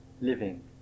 living